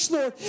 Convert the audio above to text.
Lord